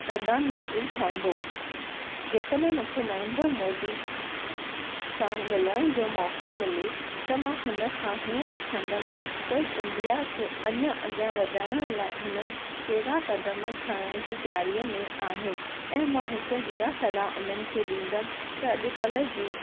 प्रधानमंत्री ठहंदो जंहिं कॾहिं मूंखे नरेंद्र मोदी सां मिलण जो मौको मिले त मां हुन खां हीअं पुछंदमि त इंडिया खे अञा अॻियां वधाइण लाए हुननि कहिड़ा कदम खणण जी तयारीअ में आहिनि ऐं मां हिकु इहा सलाहु उन्हनि खे ॾींदमि त अॼुकल्ह जी